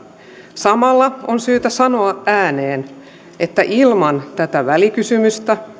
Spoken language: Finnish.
samalla on syytä sanoa ääneen että ilman tätä välikysymystä